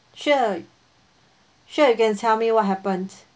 sure sure you can tell me what happened